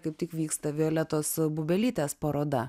kaip tik vyksta violetos bubelytės paroda